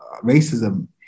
racism